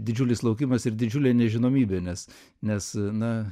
didžiulis laukimas ir didžiulė nežinomybė nes nes na